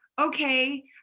okay